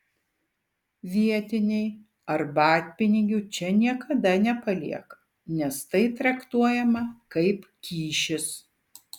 vietiniai arbatpinigių čia niekada nepalieka nes tai traktuojama kaip kyšis